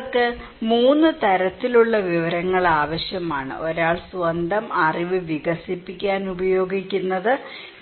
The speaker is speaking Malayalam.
അവർക്ക് 3 തരത്തിലുള്ള വിവരങ്ങൾ ആവശ്യമാണ് ഒരാൾ സ്വന്തം അറിവ് വികസിപ്പിക്കാൻ ഉപയോഗിക്കുന്നത്